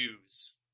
news